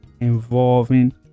involving